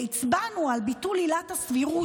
הצבענו על ביטול עילת הסבירות,